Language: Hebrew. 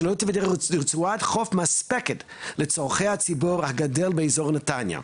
שלא תמיד רצועת חוף מספקת לצורכי הציבור הגדל באזור נתניה.